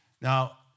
Now